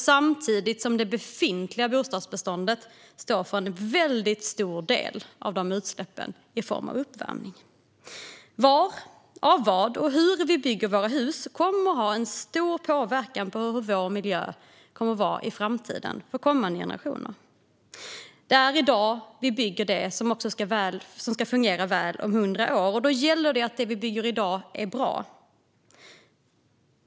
Samtidigt står det befintliga bostadsbeståndet för en väldigt stor del av dessa utsläpp, i form av uppvärmning. Var, av vad och hur vi bygger våra hus kommer att ha stor påverkan på vår miljö i framtiden och för kommande generationer. Det är i dag vi bygger det som ska fungera väl även om hundra år, och då gäller det att det vi bygger i dag är bra.